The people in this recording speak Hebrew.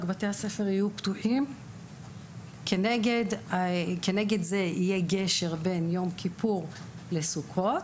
בתי הספר יהיו פתוחים כנגד זה יהיה גשר בין יום כיפור לסוכות.